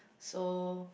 so